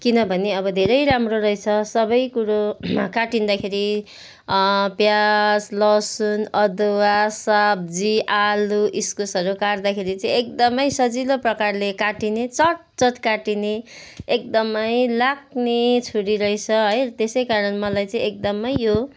किनभने अब धेरै राम्रो रहेछ सबै कुरो काटिँदाखेरि प्याज लसुन अदुवा सब्जी आलु इस्कुसहरू काट्दाखेरि चाहिँ एकदमै सजिलो प्रकारले काटिने चट्चट काटिने एकदमै लाग्ने छुरी रहेछ है त्यसै कारण मलाई चाहिँ एकदमै यो